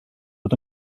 fod